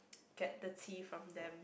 get the tea from them